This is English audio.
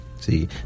See